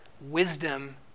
wisdom